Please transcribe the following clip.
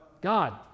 God